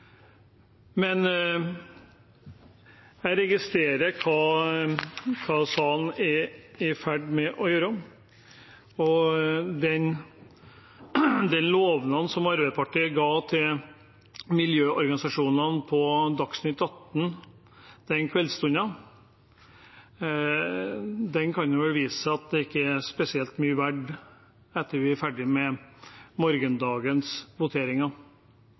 Men jeg registrerer hva salen er i ferd med å gjøre, og den lovnaden som Arbeiderpartiet ga til miljøorganisasjonene i Dagsnytt 18 den kveldsstunden, kan vise seg ikke å være spesielt mye verd etter at vi er ferdig med morgendagens voteringer.